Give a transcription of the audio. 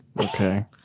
Okay